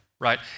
right